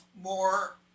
more